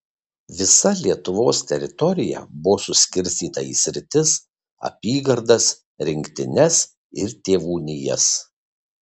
visa lietuvos teritorija buvo suskirstyta į sritis apygardas rinktines ir tėvūnijas